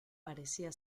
parecía